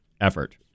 effort